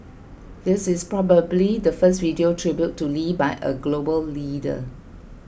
this is probably the first video tribute to Lee by a global leader